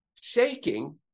shaking